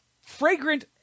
fragrant